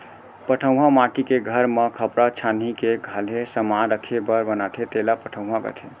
पटउहॉं माटी के घर म खपरा छानही के खाल्हे समान राखे बर बनाथे तेला पटउहॉं कथें